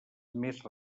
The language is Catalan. més